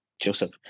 Joseph